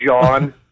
John